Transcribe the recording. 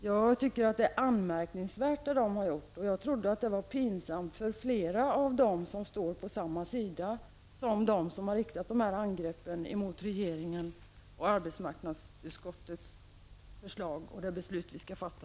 Jag anser att det som den norska ambassaden har gjort är anmärkningsvärt, och jag trodde att det var pinsamt för fler av dem som står på samma sida som dem som har riktat dessa angepp mot regeringen, arbetsmarknadsutskottets förslag och det beslut som vi skall fatta.